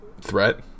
threat